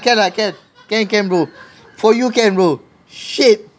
can lah can can can bro for you can bro shit